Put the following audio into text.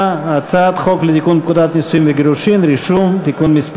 חוק לתיקון פקודת הנישואין והגירושין (רישום) (מס'